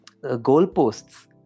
goalposts